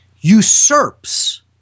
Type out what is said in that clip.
usurps